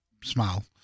smile